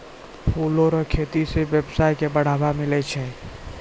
फूलो रो खेती से वेवसाय के बढ़ाबा मिलै छै